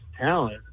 talent